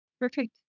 Perfect